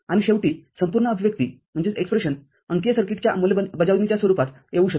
आणि शेवटीसंपूर्ण अभिव्यक्ती अंकीय सर्किटच्या अंमलबजावणीच्या स्वरूपात येऊ शकते